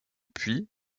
puits